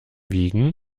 wiegen